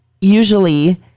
usually